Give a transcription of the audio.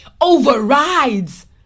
overrides